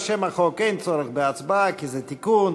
על שם החוק אין צורך בהצבעה, כי זה תיקון.